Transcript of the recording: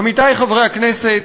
עמיתי חברי הכנסת,